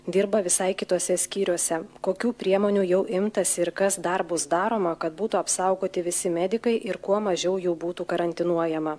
dirba visai kituose skyriuose kokių priemonių jau imtasi ir kas dar bus daroma kad būtų apsaugoti visi medikai ir kuo mažiau jų būtų karantinuojama